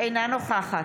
אינה נוכחת